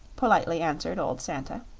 politely answered old santa.